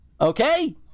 Okay